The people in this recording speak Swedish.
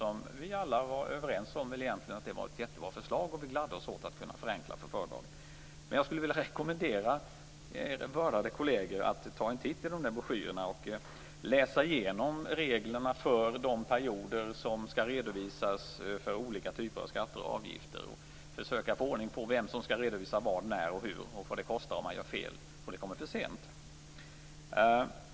Vi var väl alla överens om att det var ett jättebra förslag och vi gladde oss åt att kunna förenkla för företagen. Men jag skulle vilja rekommendera er, vördade kolleger, att ta en titt i de där broschyrerna och läsa igenom reglerna för de perioder som skall redovisas för olika typer av skatter och avgifter. Försök att få ordning på vem som skall redovisa vad, när och hur, och vad det kostar om man gör fel och om det kommer för sent.